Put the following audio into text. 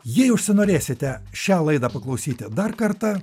jei užsinorėsite šią laidą paklausyti dar kartą